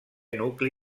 nucli